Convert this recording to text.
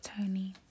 Tony